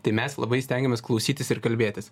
tai mes labai stengiamės klausytis ir kalbėtis